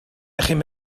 ydych